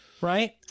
right